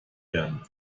werden